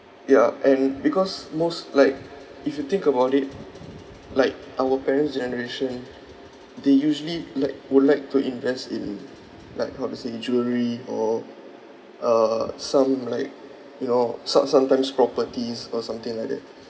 ya and because most like if you think about it like our parents' generation they usually like would like to invest in like how to say jewellery or uh some like you know so~ sometimes properties or something like that